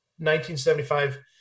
1975